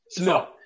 No